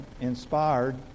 inspired